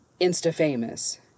insta-famous